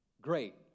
great